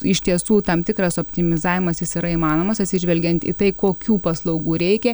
iš tiesų tam tikras optimizavimas jis yra įmanomas atsižvelgiant į tai kokių paslaugų reikia